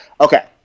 okay